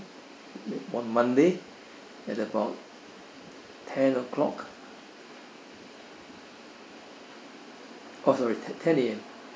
on monday at about ten O clock !oh! sorry ten A_M